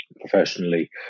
professionally